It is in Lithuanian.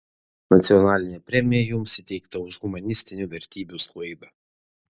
nacionalinė premija jums įteikta už humanistinių vertybių sklaidą